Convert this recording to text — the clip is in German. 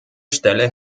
stelle